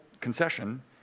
concession